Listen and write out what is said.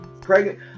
pregnant